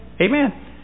Amen